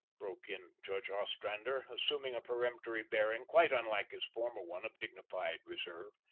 broke in judge ostrander, assuming a peremptory bearing quite unlike his former one of dignified reserve.